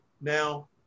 now